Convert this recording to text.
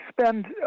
spend